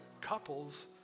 couples